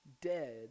dead